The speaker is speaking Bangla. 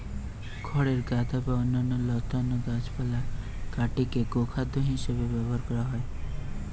খড়ের গাদা বা অন্যান্য লতানা গাছপালা কাটিকি গোখাদ্য হিসেবে ব্যবহার করা হয়